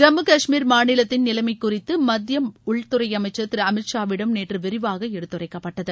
ஜம்மு கஷ்மீர் மாநிலத்தின் நிலைமை குறித்து மத்திய உள்துறை அமைச்சர் திரு அமித் ஷா விடம் நேற்று விரிவாக எடுத்துரைக்கப்பட்டது